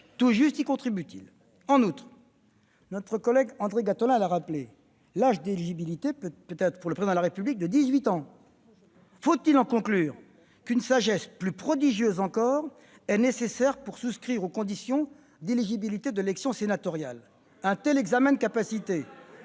tout juste y contribue-t-elle. En outre, André Gattolin l'a rappelé, l'âge d'éligibilité pour être Président de la République étant de dix-huit ans, faut-il en conclure qu'une sagesse plus prodigieuse encore est nécessaire pour souscrire aux conditions d'éligibilité de l'élection sénatoriale ? Un tel examen de capacité